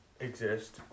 exist